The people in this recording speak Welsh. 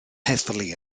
heddlu